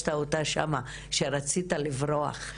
שהרגשת אותה שם, שרצית לברוח.